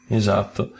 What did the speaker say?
esatto